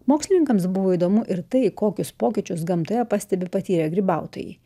mokslininkams buvo įdomu ir tai kokius pokyčius gamtoje pastebi patyrę grybautojai